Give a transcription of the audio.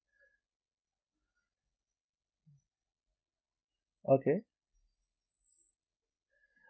okay